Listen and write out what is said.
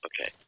Okay